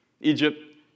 Egypt